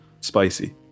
Spicy